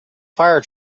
fire